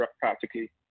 practically